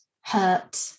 hurt